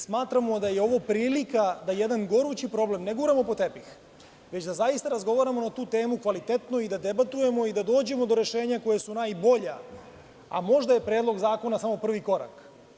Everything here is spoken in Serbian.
Smatramo da je ovo prilika da jedan gorući problem ne guramo pod tepih, već da zaista razgovaramo na tu temu kvalitetno i da debatujemo i dođemo do rešenja koja su najbolja, a možda je predlog zakona samo prvi korak.